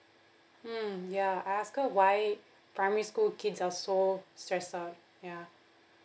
mm ya I asked her why primary school kids are so stressed out ya